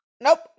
Nope